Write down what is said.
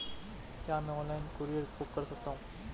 क्या मैं online courier book कर सकता हूँ?